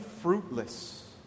fruitless